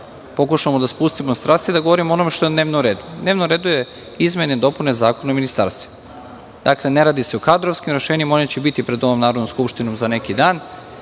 pokušamo da spustimo strasti i da govorimo o onome što je na dnevnom redu. Na dnevnom redu je – Izmene i dopune zakona o ministarstvima. Dakle, ne radi se o kadrovskim rešenjima, ona će biti pred Narodnom skupštinom za neki dan.